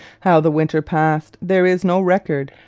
how the winter passed there is no record,